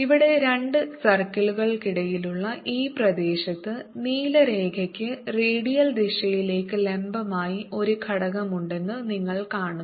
ഇവിടെ രണ്ട് സർക്കിളുകൾക്കിടയിലുള്ള ഈ പ്രദേശത്ത് നീല രേഖയ്ക്ക് റേഡിയൽ ദിശയിലേക്ക് ലംബമായി ഒരു ഘടകമുണ്ടെന്ന് നിങ്ങൾ കാണുന്നു